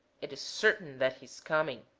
it is certain that he is coming.